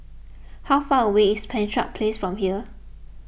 how far away is Penshurst Place from here